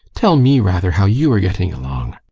tell me rather how you are getting along?